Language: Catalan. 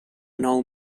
nou